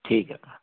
ठीक है